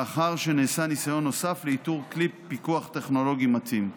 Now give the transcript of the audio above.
לאחר שנעשה ניסיון נוסף לאיתור כלי פיקוח טכנולוגי מתאים.